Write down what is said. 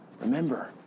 Remember